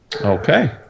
Okay